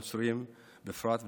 הנוצרים בפרט,